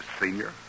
senior